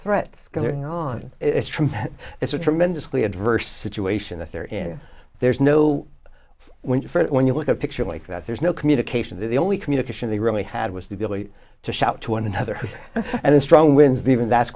threats going on it's true it's a tremendously adverse situation that they're in there's no win for it when you look at a picture like that there's no communication the only communication they really had was the ability to shout to one another and in strong winds even that's